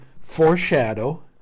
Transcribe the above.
foreshadow